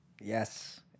yes